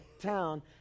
town